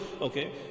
Okay